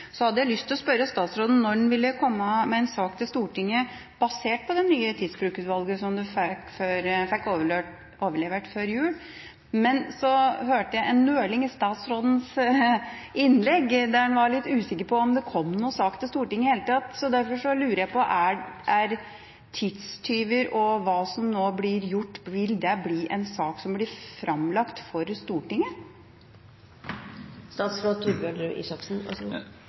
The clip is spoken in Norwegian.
hadde lyst til å spørre statsråden om når han vil komme med en sak til Stortinget basert på det nye tidsbrukutvalget som han fikk overlevert rapport fra før jul, men så hørte jeg en nøling i statsrådens innlegg, der han var litt usikker på om det kom noen sak til Stortinget i det hele tatt, så derfor lurer jeg på: Vil tidstyver og hva som nå blir gjort, bli en sak som blir framlagt for Stortinget?